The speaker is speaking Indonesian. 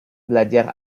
belajar